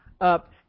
up